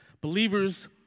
Believers